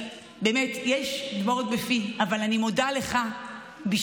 ובאמת, יש דמעות בקולי, אבל אני מודה לך בשמה.